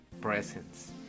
presence